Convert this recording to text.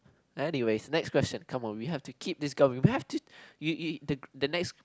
anyway next question come on we have to keep this going we have to you you the the next